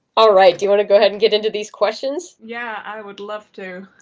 all right, do you want to go ahead and get into these questions? yeah, i would love to.